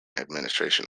administration